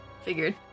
Figured